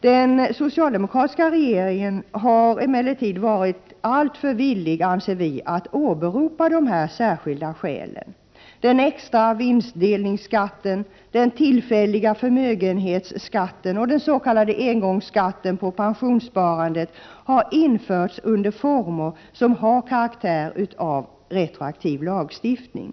Den socialdemokratiska regeringen har emellertid varit alltför villig att åberopa dessa särskilda skäl. Den extra vinstdelningsskatten, den tillfälliga förmögenhetsskatten och den s.k. engångsskatten på pensionssparande har införts under former som har karaktär av retroaktiv lagstiftning.